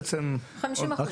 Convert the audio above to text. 50 אחוז.